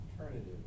alternative